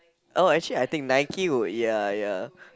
oh actually I think Nike would ya ya